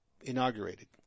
inaugurated